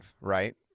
right